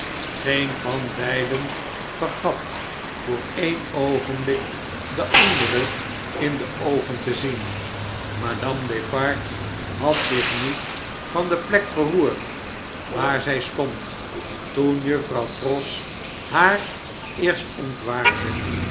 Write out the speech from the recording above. geene van bidden vergat voor een oogenblik de andere in de oogen te zien madame defarge had zich niet van de plek verroerd waar zij stond toen juffrouw pross haar eerst ontwaarde